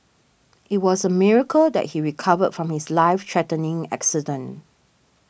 it was a miracle that he recovered from his life threatening accident